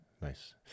nice